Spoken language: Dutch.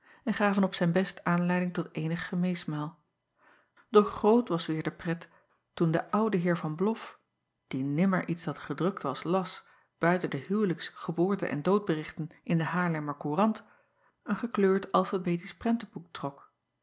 en gaven op zijn best aanleiding tot eenig gemeesmuil och groot was weêr de pret toen de oude eer an loff die nimmer iets dat gedrukt was las buiten de huwelijks geboorte en doodberichten in de aarlemmer ourant een gekleurd alfabetisch prenteboek trok